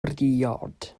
briod